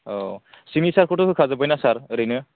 औ सिगनेसार खौथ' होखाजोब्बायना सार ओरैनो